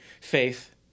faith